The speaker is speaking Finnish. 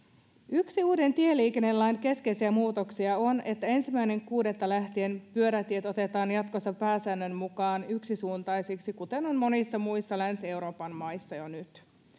yksi uuden tieliikennelain keskeisiä muutoksia on että ensimmäinen kuudetta lähtien pyörätiet otetaan jatkossa pääsäännön mukaan yksisuuntaisiksi kuten on monissa muissa länsi euroopan maissa jo nyt